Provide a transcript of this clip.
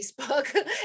Facebook